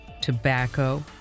tobacco